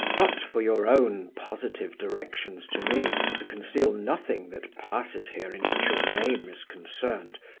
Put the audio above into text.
but for your own positive directions to me to conceal nothing that passes here in which your name is concerned,